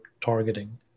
targeting